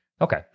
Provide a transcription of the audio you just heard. Okay